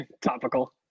topical